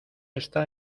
está